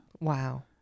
Wow